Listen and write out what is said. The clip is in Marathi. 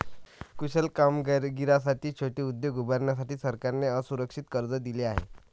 कुशल कारागिरांसाठी छोटे उद्योग उभारण्यासाठी सरकारने असुरक्षित कर्जही दिले आहे